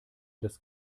das